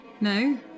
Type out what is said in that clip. No